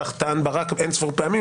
כך טען ברק אין-ספור פעמים,